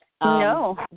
No